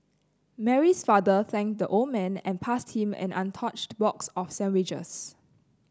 Mary's father thanked the old man and passed him an untouched box of sandwiches